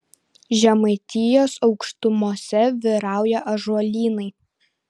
žemaitijos aukštumose vyrauja ąžuolynai